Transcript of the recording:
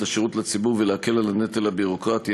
השירות לציבור ולהקל את הנטל הביורוקרטי.